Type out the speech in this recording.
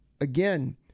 again